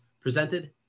presented